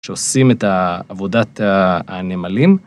שעושים את עבודת הנמלים.